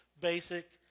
basic